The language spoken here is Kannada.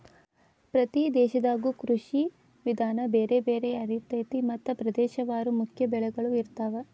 ಪ್ರತಿ ದೇಶದಾಗು ಕೃಷಿ ವಿಧಾನ ಬೇರೆ ಬೇರೆ ಯಾರಿರ್ತೈತಿ ಮತ್ತ ಪ್ರದೇಶವಾರು ಮುಖ್ಯ ಬೆಳಗಳು ಇರ್ತಾವ